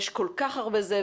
יש כל כך הרבה זבל,